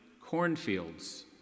cornfields